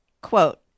quote